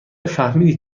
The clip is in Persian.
فهمیدی